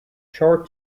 short